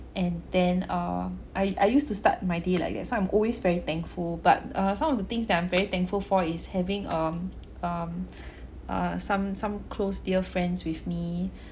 and then uh I I used to start my day like that so I'm always very thankful but uh some of the things that I'm very thankful for his having um um uh some some close dear friends with me